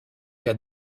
qu’a